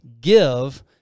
give